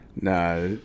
Nah